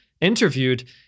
interviewed